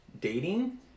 dating